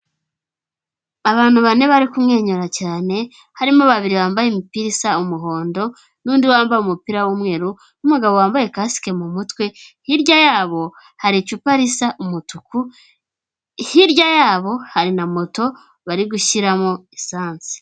Abantu bane bari kumwenyura cyane harimo babiri bambaye imipira isa umuhondo n'undi bambaye umupira w'umweru n'umugabo wambaye kasike mu mutwe. Hirya yabo hari icupa risa umutuku, hirya yabo hari na moto bari gushyiramo esanse.